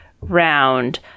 round